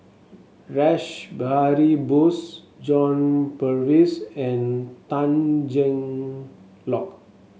Rash Behari Bose John Purvis and Tan Cheng Lock